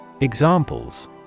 Examples